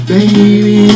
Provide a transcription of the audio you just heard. Baby